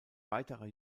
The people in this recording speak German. weiterer